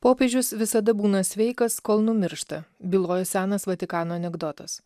popiežius visada būna sveikas kol numiršta byloja senas vatikano anekdotas